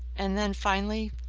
and then finally,